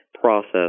process